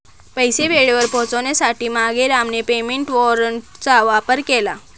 पैसे वेळेवर पोहोचवण्यासाठी मांगेरामने पेमेंट वॉरंटचा वापर केला